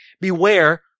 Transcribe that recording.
Beware